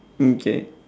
okay